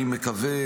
אני מקווה,